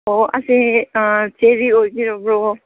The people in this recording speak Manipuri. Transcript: ꯑꯣ ꯑꯁꯦ ꯑꯥ ꯆꯦꯕꯤ ꯑꯣꯏꯕꯤꯔꯕ꯭ꯔꯣ